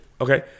Okay